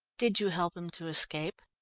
did you help him to escape?